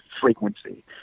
frequency